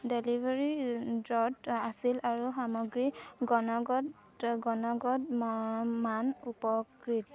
delivery য'ত আছিল আৰু সামগ্ৰীৰ গুণগত গুণগত মান উপকৃত